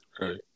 Right